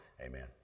amen